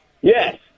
Yes